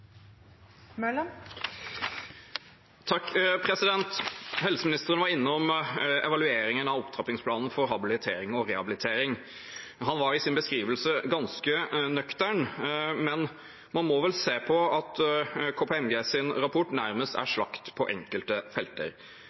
rehabilitering. Han var i sin beskrivelse ganske nøktern, men man må vel se på at KPMGs rapport nærmest er slakt på enkelte